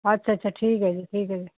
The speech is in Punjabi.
ਅੱਛਾ ਅੱਛਾ ਠੀਕ ਹੈ ਜੀ ਠੀਕ ਹੈ ਜੀ